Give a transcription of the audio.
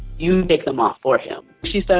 you take them off for him. she stepped